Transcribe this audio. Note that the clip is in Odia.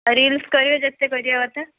ରିଲସ୍ କରିବେ ଯେତେ କରିବା କଥା